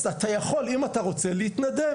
אז אתה יכול, אם אתה רוצה, להתנדב.